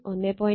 5 1